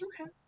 Okay